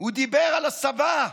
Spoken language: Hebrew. הוא דיבר על הסבא.